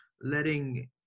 letting